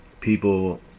people